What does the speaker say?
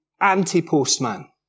anti-postman